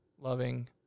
loving